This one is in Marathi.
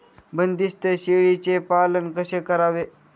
बंदिस्त शेळीचे पालन कसे करावे?